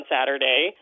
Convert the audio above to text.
Saturday